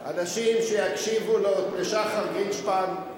אנשים שיקשיבו לשחר גרינשפן,